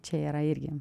čia yra irgi